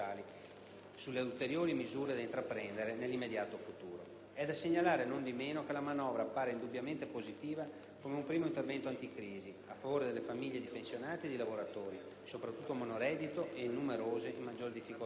sulle ulteriori misure da intraprendere nell'immediato futuro. È da segnalare, non di meno, che la manovra appare indubbiamente positiva come un primo intervento anticrisi a favore delle famiglie di pensionati e di lavoratori, soprattutto monoreddito e numerose, in maggiore difficoltà,